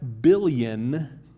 billion